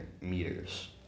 meters